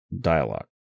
dialogue